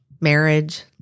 marriage